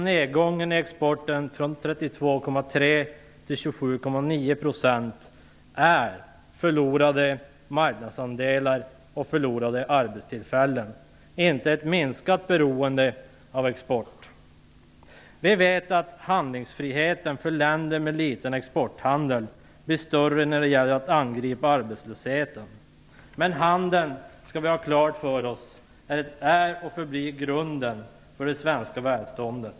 Nedgången i exporten från 32,3 % till 27,9 % är förlorade marknadsandelar och förlorade arbetstillfällen, inte ett minskat beroende av exporten. Handlingsfriheten för länder med liten exporthandel blir större när det gäller att angripa arbetslösheten. Handeln är och förblir - det skall vi ha klart för oss - grunden för det svenska välståndet.